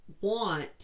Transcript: want